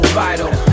vital